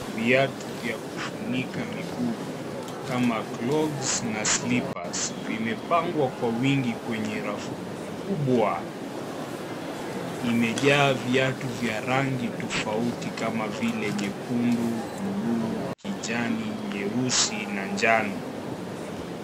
Vitatu vya kufunika mguu kama vile kama clogges na slippers vimepangwa kwa wingi kwenye rafu kubwa imejaa viatu vya rangi tofauti kama vile. Nyekundu, bluu, kijani, nyeusi na njano.